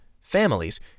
families